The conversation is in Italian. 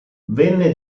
venne